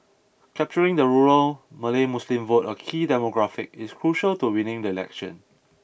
capturing the rural Malay Muslim vote a key demographic is crucial to winning the election